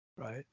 right